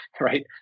right